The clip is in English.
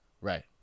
right